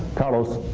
carlos.